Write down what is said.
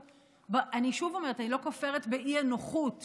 אני שוב אומרת, אני לא כופרת באי-נוחות שנגרמת.